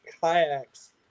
kayaks